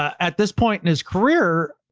at this point in his career,